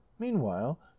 meanwhile